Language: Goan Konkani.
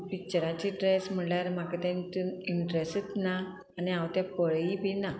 पिच्चराची ड्रेस म्हणल्यार म्हाका तेतून इंट्रस्टच ना आनी हांव तें पळय बी ना